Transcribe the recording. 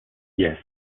yes